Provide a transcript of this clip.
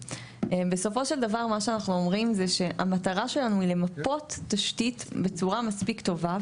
בסופו של דבר המטרה שלנו היא למפות תשתית בצורה מספיק טובה,